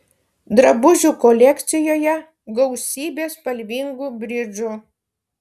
drabužių kolekcijoje gausybė spalvingų bridžų